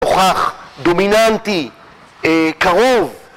מוכח, דומיננטי, קרוב